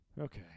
Okay